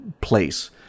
place